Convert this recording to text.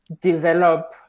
develop